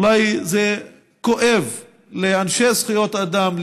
אולי זה כואב לאנשי זכויות אדם,